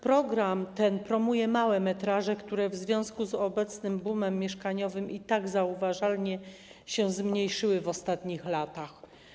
Program ten promuje małe metraże, które w związku z obecnym bumem mieszkaniowym i tak zauważalnie się zmniejszyły w ostatnich latach.